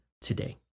today